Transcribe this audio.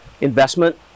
investment